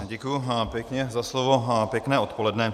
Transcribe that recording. Děkuji pěkně za slovo a pěkné odpoledne.